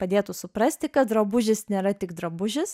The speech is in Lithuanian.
padėtų suprasti kad drabužis nėra tik drabužis